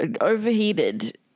overheated